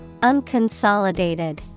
Unconsolidated